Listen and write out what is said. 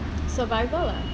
survival lah